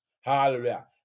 Hallelujah